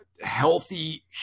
healthy